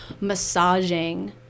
massaging